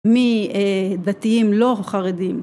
מדתיים לא חרדיים.